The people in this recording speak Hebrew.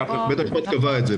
בית המשפט קבע את זה.